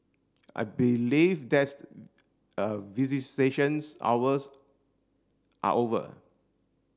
I believe that's a visitations hours are over